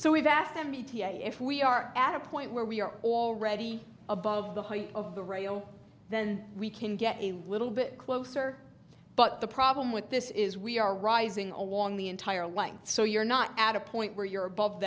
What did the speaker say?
so we've asked them e t a if we are at a point where we are already above the height of the rail then we can get a little bit closer but the problem with this is we are rising along the entire length so you're not at a point where you're above